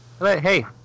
Hey